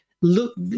look